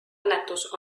õnnetus